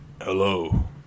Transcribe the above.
Hello